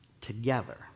together